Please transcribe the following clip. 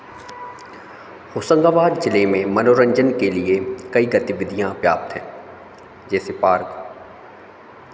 होशंगाबाद जिले में मनोरंजन के लिए कई गतिविधियाँ व्याप्त हैं जैसे पार्क